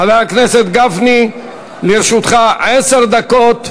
בעד 47, 11 מתנגדים, אין נמנעים.